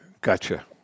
Gotcha